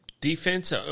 defense